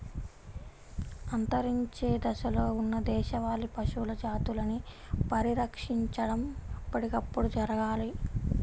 అంతరించే దశలో ఉన్న దేశవాళీ పశువుల జాతులని పరిరక్షించడం ఎప్పటికప్పుడు జరగాలి